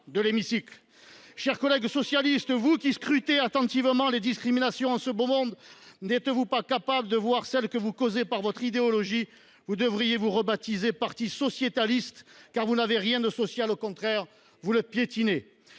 de l’hémicycle ! Chers collègues socialistes, vous qui scrutez attentivement les discriminations en ce beau monde, n’êtes vous pas capables de voir celles que vous causez par votre idéologie ? Vous devriez vous rebaptiser parti sociétaliste, car vous n’avez rien de social – au contraire, vous piétinez